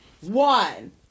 One